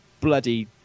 bloody